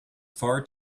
far